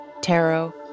tarot